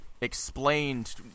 explained